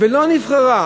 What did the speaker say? ולא נבחרה